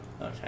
Okay